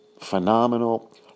phenomenal